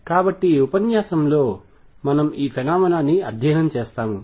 కాబట్టి ఈ ఉపన్యాసంలో మనము ఈ ఫెనొమెనా ని అధ్యయనం చేస్తాము